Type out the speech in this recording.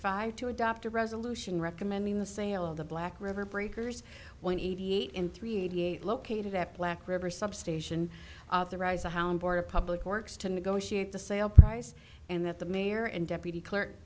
five to adopt a resolution recommending the sale of the black river breakers one eighty eight in three eighty eight located at black river substation of the riser hound board of public works to negotiate the sale price and that the mayor and deputy clerk